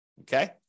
okay